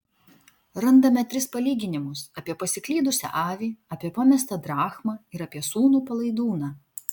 randame tris palyginimus apie pasiklydusią avį apie pamestą drachmą ir apie sūnų palaidūną